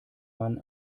mann